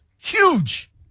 Huge